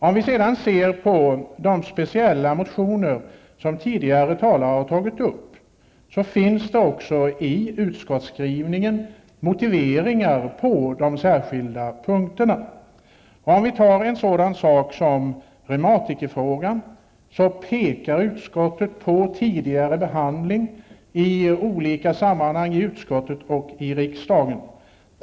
Beträffande de motioner som tidigare talare har tagit upp finns i utskottsskrivningen motiveringar på de särskilda punkterna. När det gäller exempelvis reumatikerfrågan pekar utskottet på tidigare behandling i olika sammanhang i utskott och i kammaren.